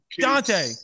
dante